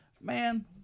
Man